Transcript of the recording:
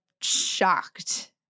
shocked